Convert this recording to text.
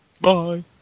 bye